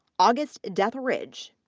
august deatherage,